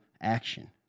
action